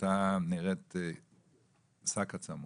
ונראתה כמו שק עצמות.